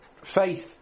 faith